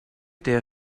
der